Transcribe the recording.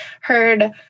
heard